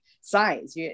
size